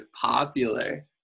popular